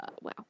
Wow